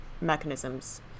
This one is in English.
mechanisms